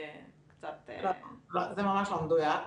זה ממש לא מדויק.